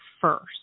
first